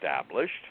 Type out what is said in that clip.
established